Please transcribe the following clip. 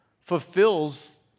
fulfills